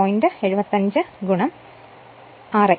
75 ra Rs 1